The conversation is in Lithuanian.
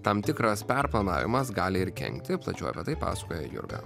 tam tikras perplanavimas gali ir kenkti plačiau apie tai pasakoja jurga